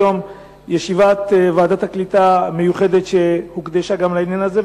היום ישיבת ועדת הקליטה המיוחדת הוקדשה גם לעניין הזה,